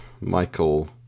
Michael